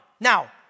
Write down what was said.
Now